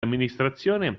amministrazione